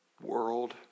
World